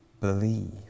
believe